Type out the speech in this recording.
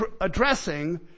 addressing